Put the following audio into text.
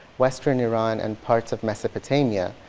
western iran, and parts of mesopotamia,